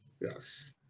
Yes